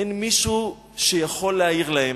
אין מישהו שיכול להעיר להם.